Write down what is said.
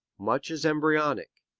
much is embryonic.